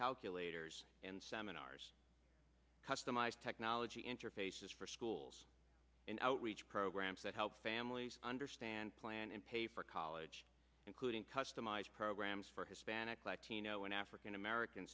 calculators and seminars customized technology interfaces for schools and outreach programs that help families understand plan and pay for college including customized programs for hispanic latino and african american